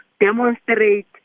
demonstrate